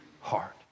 heart